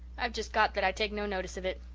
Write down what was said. i've just got that i take no notice of it.